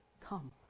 come